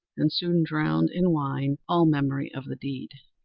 and soon drowned in wine all memory of the deed.